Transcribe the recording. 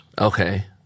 Okay